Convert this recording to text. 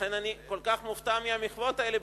לכן אני כל כך מופתע מהמחוות האלה,